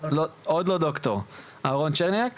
אהרון צ'רניאק